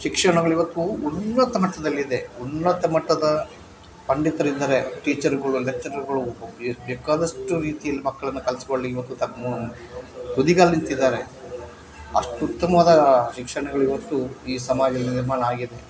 ಶಿಕ್ಷಣಗಳು ಇವತ್ತು ಉನ್ನತ ಮಟ್ಟದಲ್ಲಿದೆ ಉನ್ನತ ಮಟ್ಟದ ಪಂಡಿತರಿದ್ದಾರೆ ಟೀಚರ್ಗಳು ಲೆಕ್ಚರರ್ಗಳು ಬೇಕಾದಷ್ಟು ರೀತಿಯಲ್ಲಿ ಮಕ್ಳನ್ನು ಇವತ್ತು ತಮ್ಮ ತುದಿಗಾಲಲ್ ನಿಂತಿದ್ದಾರೆ ಅಷ್ಟು ಉತ್ತಮವಾದ ಶಿಕ್ಷಣಗಳು ಇವತ್ತು ಈ ಸಮಾಜದಲ್ಲಿ ನಿರ್ಮಾಣ ಆಗಿದೆ